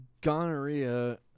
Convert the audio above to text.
gonorrhea